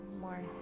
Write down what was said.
more